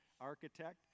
architect